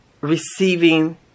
receiving